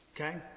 Okay